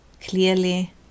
clearly